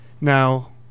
Now